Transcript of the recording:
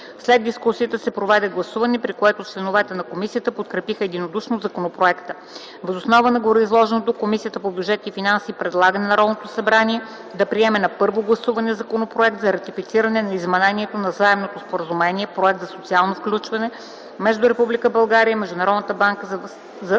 След дискусията се проведе гласуване, при което членовете на комисията подкрепиха единодушно законопроекта. Въз основа на гореизложеното Комисията по бюджет и финанси предлага на Народното събрание да приеме на първо гласуване Законопроект за ратифициране на Изменението на Заемното споразумение (Проект за социално включване) между Република България и Международната банка за възстановяване